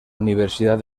universidad